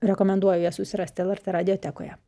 rekomenduoju ją susirasti lrt radiotekoje